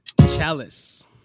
chalice